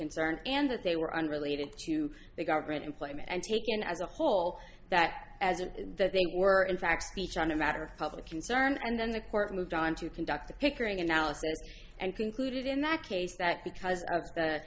concern and that they were unrelated to the government employment and taken as a whole that as if they were in fact speech on a matter of public concern and then the court moved on to conduct the pickering analysis and concluded in that case that because of that